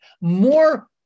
more